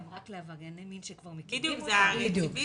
זה הרצידיביזם,